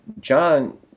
John